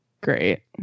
great